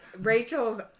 Rachel's